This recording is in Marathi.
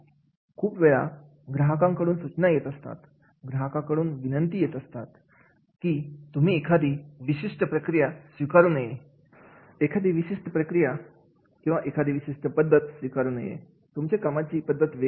खूप वेळा ग्राहकाकडून सूचना येत असतात ग्राहकाकडून विनंती येत असतात की तुम्ही एखादी विशिष्ट प्रक्रिया स्वीकारू नये एखादी विशिष्ट पद्धत स्वीकारू नये तुमची कामाची पद्धत वेगळी असावी